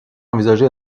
envisager